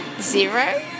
zero